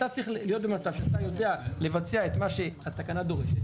אתה צריך להיות במצב שאתה יודע לבצע את מה שהתקנה דורשת